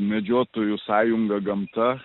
medžiotojų sąjunga gamta